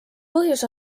põhjus